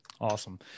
Awesome